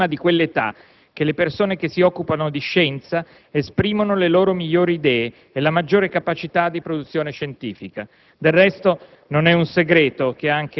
E' infatti proprio prima di quell'età che le persone che si occupano di scienza esprimono le loro migliori idee e la maggiore capacità di produzione scientifica. Del resto,